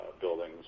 buildings